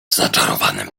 zaczarowanym